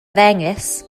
ddengys